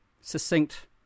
succinct